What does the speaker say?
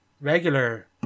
regular